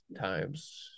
times